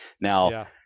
Now